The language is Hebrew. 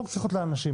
חוק צריך להיות לאנשים,